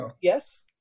yes